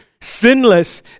sinless